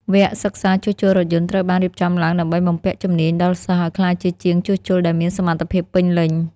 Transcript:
វគ្គសិក្សាជួសជុលរថយន្តត្រូវបានរៀបចំឡើងដើម្បីបំពាក់ជំនាញដល់សិស្សឱ្យក្លាយជាជាងជួសជុលដែលមានសមត្ថភាពពេញលេញ។